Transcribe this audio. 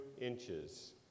inches